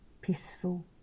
peaceful